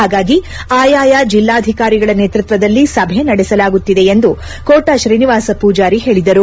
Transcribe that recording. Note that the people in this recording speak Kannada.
ಹಾಗಾಗಿ ಆಯಾಯ ಜಿಲ್ಲಾಧಿಕಾರಿಗಳ ನೇತೃತ್ವದಲ್ಲಿ ಸಭೆ ನಡೆಸಲಾಗುತ್ತಿದೆ ಎಂದು ಕೋಟ ಶ್ರೀನಿವಾಸ್ ಪೂಜಾರಿ ಹೇಳಿದರು